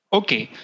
okay